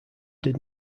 did